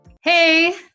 Hey